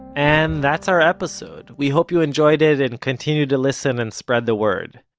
and that's our episode. we hope you enjoyed it, and continue to listen and spread the word.